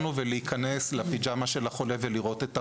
להיכנס לפיג'מה של החולה ולראות את העולם.